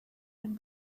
and